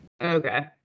Okay